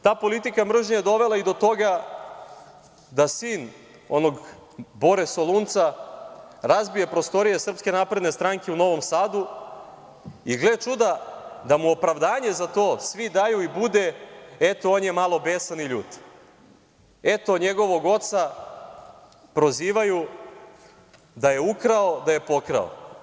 Ta politika mržnje je dovela i do toga da sin onog Bore Solunca razbije prostorije SNS u Novom Sadu i gle čuda da mu opravdanje za to svi daju i bude - eto, on je malo besan i ljut, eto njegovog oca prozivaju da je ukrao, da je pokrao.